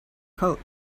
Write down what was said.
coat